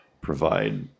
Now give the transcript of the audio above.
provide